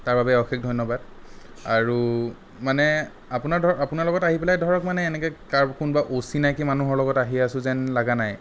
তাৰবাবে অশেষ ধন্যবাদ আৰু মানে আপোনাৰ ধৰক আপোনাৰ লগত আহি পেলাই ধৰক মানে এনেকৈ কাৰ কোনোবা অচিনাকি মানুহৰ লগত আহি আছোঁ যেন লগা নাই